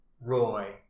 Roy